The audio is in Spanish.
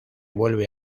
vuelve